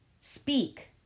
speak